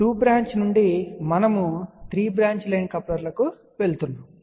కాబట్టి 2 బ్రాంచ్ నుండి మనము 3 బ్రాంచ్ లైన్ కప్లర్ వద్దకు వెళ్ళాము